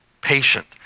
patient